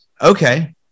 okay